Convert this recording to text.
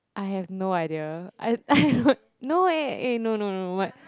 I have no idea I no eh eh no no no what